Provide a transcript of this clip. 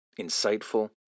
insightful